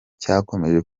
cyakomeje